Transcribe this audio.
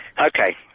Okay